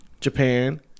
Japan